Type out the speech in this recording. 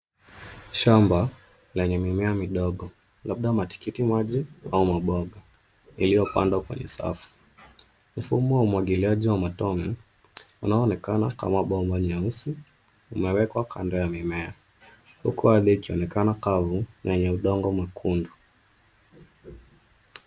Shamba lenye mimea midogo labda matikiti maji au mamboga yaliyopandwa kwenye safu. Mfumo wa umwgiliaji wa matone unaonekana kama bomba nyeusi umewekwa kando ya mimea huko ardhi ikionekana kavu yenye udongo mwekundu.